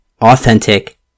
authentic